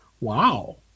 Wow